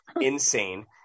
insane